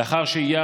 לאחר שהייה